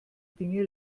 dinge